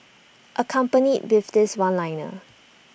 accompanied with this one liner